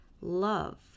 love